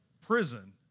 prison